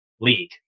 league